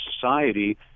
society